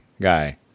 guy